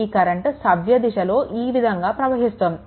ఈ కరెంట్ సవ్య దిశలో ఈ విధంగా ప్రవహిస్తోంది